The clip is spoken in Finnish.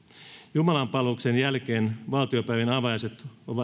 jumalanpalveluksen jälkeen valtiopäivien avajaiset